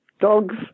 dogs